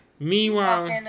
Meanwhile